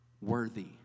worthy